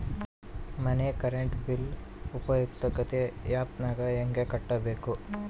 ಮನೆ current bill ಉಪಯುಕ್ತತೆ app ನಾಗ ಹೆಂಗ ಕಟ್ಟಬೇಕು?